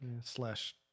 Slash